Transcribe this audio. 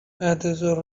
بعدازظهر